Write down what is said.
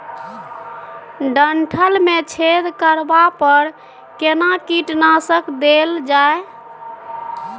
डंठल मे छेद करबा पर केना कीटनासक देल जाय?